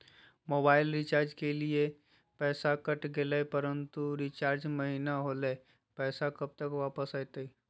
Mobile recharge के लिए पैसा कट गेलैय परंतु रिचार्ज महिना होलैय, पैसा कब तक वापस आयते?